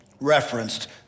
referenced